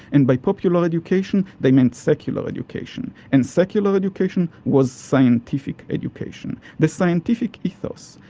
and by popular education they meant secular education, and secular education was scientific education. the scientific ethos,